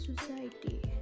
society